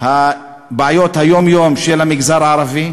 בבעיות היום-יום של המגזר הערבי.